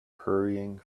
hurrying